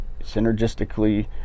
synergistically